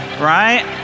Right